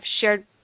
shared